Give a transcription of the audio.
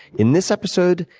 in this episode,